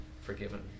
forgiven